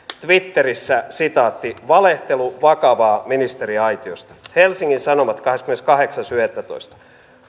twitterissä valehtelu vakavaa ministeriaitiosta helsingin sanomat kahdeskymmeneskahdeksas yhdettätoista